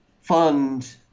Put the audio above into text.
fund